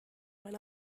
went